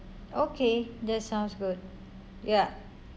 okay that sounds good yeah